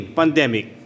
pandemic